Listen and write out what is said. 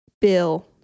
Bill